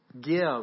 Give